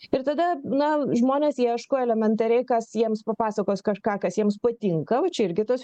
ir tada na žmonės ieško elementariai kas jiems papasakos kažką kas jiems patinka va čia irgi tos